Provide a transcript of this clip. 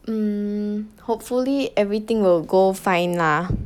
mm hopefully everything will go fine lah